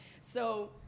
So-